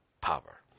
power